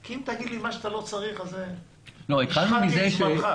כי אם תגיד לי את מה שאתה לא צריך אז השחתת את זמנך.